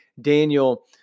Daniel